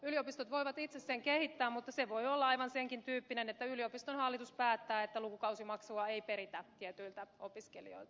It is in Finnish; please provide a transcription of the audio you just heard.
yliopistot voivat itse sen kehittää mutta se voi olla aivan senkin tyyppinen että yliopiston hallitus päättää että lukukausimaksua ei peritä tietyiltä opiskelijoilta